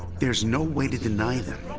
there's no way to deny them.